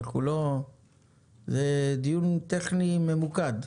זה דיון טכני ממוקד.